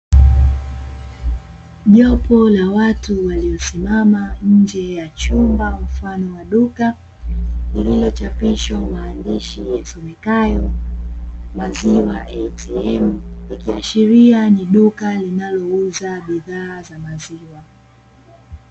Jopo la watu waliosimama nje ya chumba mfano wa duka lililochaopishwa maandishi yasomekayo maziwa "ATM", yakiashiria ni duka linalouza bidhaa za maziwa.